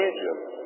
Egypt